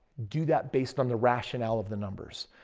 do that based on the rationale of the numbers.